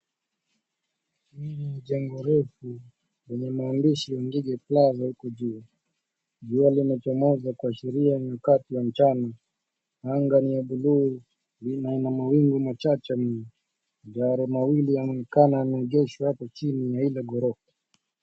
Hii ni jengo refu lenye maandishi Wangige Plaza huko juu. Jua linachomoza kuashiria ni wakati wa mchana. Anga ni ya buluu na lina mawingu machache mno. Magari mawili yanaonekana yameegeshwa hapo chini ya ile ghorofa.